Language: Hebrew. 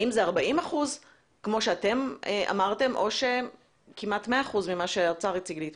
האם זה 40% כמו שאמרתם או כמעט 100% כמו שהאוצר הציג לי אתמול?